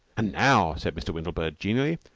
and now, said mr. windlebird genially,